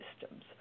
systems